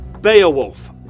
Beowulf